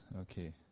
Okay